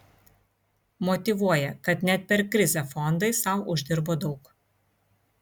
motyvuoja kad net per krizę fondai sau uždirbo daug